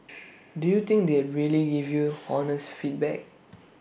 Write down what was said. do you think they'd really give you honest feedback